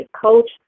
coach